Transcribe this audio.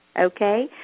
okay